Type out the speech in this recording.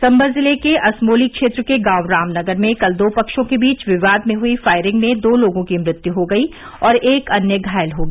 संमल जिले के असमोली क्षेत्र के गांव रामनगर में कल दो पक्षों के बीच विवाद में हुई फायरिंग में दो लोगों की मृत्यु हो गयी और एक अन्य घायल हो गया